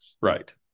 Right